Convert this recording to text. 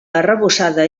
arrebossada